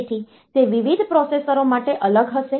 તેથી તે વિવિધ પ્રોસેસરો માટે અલગ હશે